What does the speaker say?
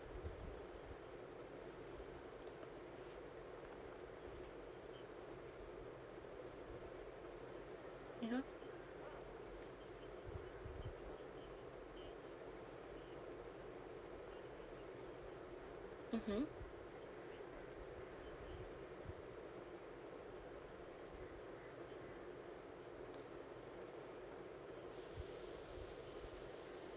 you know mmhmm